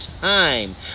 time